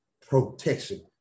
protection